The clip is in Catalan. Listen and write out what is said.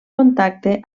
contacte